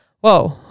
Whoa